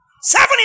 seven